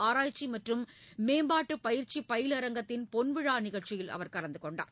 ஆராய்ச்சி மற்றும் மேம்பாட்டு பயிற்சி பயிலரங்கத்தின் பொன்விழா நிகழ்ச்சியில் அவர் கலந்து கொண்டார்